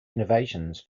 innovations